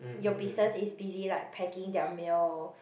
your business is busy like packing their mail